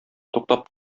туктап